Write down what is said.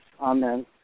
Amen